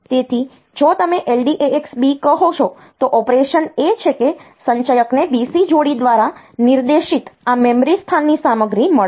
તેથી જો તમે LDAX B કહો છો તો ઓપરેશન એ છે કે સંચયકને BC જોડી દ્વારા નિર્દેશિત આ મેમરી સ્થાનની સામગ્રી મળશે